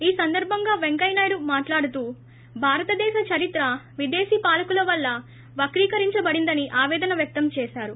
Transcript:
ఈ సందర్భంగా పెంకయ్యనాయుడు నాయుడు మాట్లాడుతూ భారతదేశ చరిత్ర విదేశీ పాలకుల వల్ల వక్రీకరించబడిందని ఆపేదన వ్యక్తం చేశారు